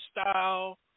style